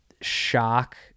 shock